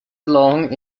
along